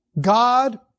God